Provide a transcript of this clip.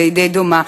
והיא די דומה,